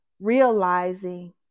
realizing